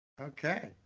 Okay